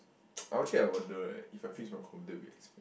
I actually I wonder right if I fix my computer will it be expensive